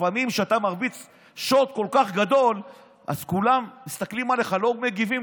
לפעמים כשאתה מרביץ שוט כל כך גדול אז כולם מסתכלים עליך ולא מגיבים,